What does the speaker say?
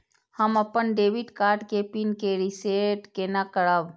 हम अपन debit card के पिन के रीसेट केना करब?